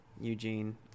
Eugene